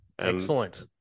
Excellent